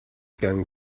going